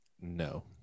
No